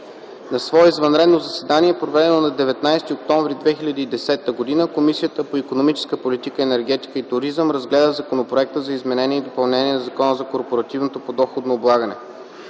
На свое извънредно заседание, проведено на 19 октомври 2010 г., Комисията по икономическата политика, енергетика и туризъм разгледа Законопроекта за изменение и допълнение на Закона за данък върху добавената